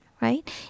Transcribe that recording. right